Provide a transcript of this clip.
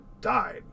died